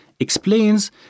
explains